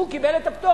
והוא קיבל את הפטור.